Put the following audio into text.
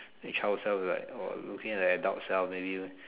child self will like orh looking at the adult self maybe